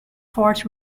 fort